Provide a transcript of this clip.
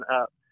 up